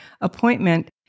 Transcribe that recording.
appointment